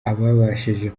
ababashije